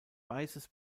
weißes